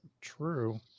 true